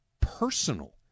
personal